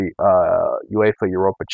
UEFA-Europa